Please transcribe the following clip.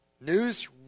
News